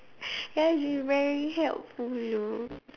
that's be very helpful though